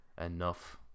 enough